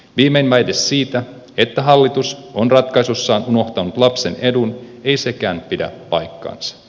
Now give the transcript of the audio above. viimein väite siitä että hallitus on ratkaisussaan unohtanut lapsen edun ei sekään pidä paikkaansa